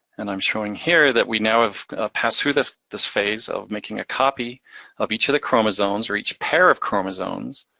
and i'm showing here that we now have passed through this this phase of making a copy of each of the chromosomes, or each pair of chromosomes,